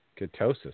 ketosis